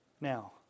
Now